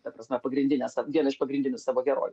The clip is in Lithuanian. ta prasme pagrindinę sa vieną iš pagrindinių savo herojų